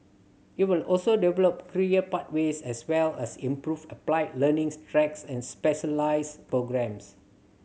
it will also develop career pathways as well as improve applied learning tracks and specialist programmes